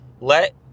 let